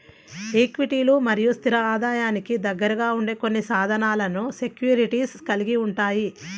ఈక్విటీలు మరియు స్థిర ఆదాయానికి దగ్గరగా ఉండే కొన్ని సాధనాలను సెక్యూరిటీస్ కలిగి ఉంటాయి